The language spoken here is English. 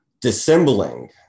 dissembling